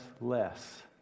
less